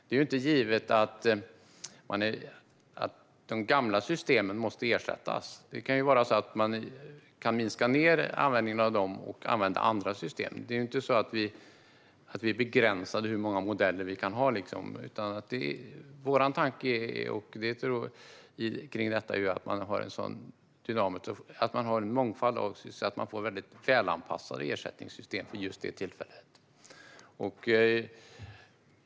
Det är inte givet att de gamla systemen måste ersättas. Man kan minska användningen av dem och använda andra system. Vi begränsar inte hur många modeller man kan ha, utan vår tanke är att man har en mångfald så att det finns väl anpassade ersättningssystem för just det tillfället.